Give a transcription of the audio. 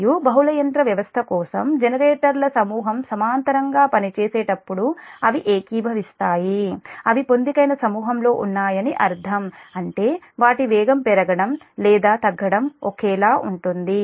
మరియు బహుళ యంత్ర వ్యవస్థ కోసం జనరేటర్ల సమూహం సమాంతరంగా పనిచేసేటప్పుడు అవి ఏకీభవిస్తాయి అవి పొందికైన సమూహంలో ఉన్నాయని అర్థం అంటే వాటి వేగం పెరగడం లేదా తగ్గడం ఒకేలా ఉంటుంది